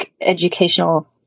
educational